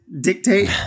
dictate